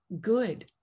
good